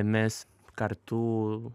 mes kartu